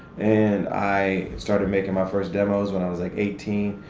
and i started making my first demos when i was like, eighteen.